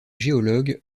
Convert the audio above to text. géologues